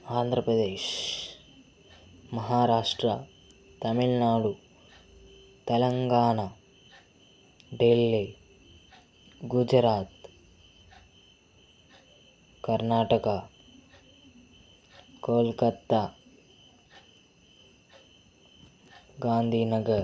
Andhra Pradesh Maharashtra Tamil Nadu Telangana Delhi Gujarat Karnataka Kolkata Gandhi Nagar